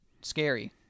scary